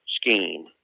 scheme